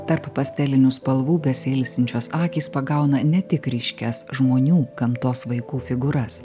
tarp pastelinių spalvų besiilsinčios akys pagauna ne tik ryškias žmonių gamtos vaikų figūras